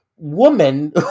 woman